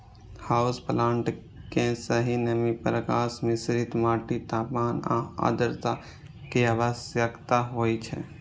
house plant कें सही नमी, प्रकाश, मिश्रित माटि, तापमान आ आद्रता के आवश्यकता होइ छै